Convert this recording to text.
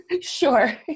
Sure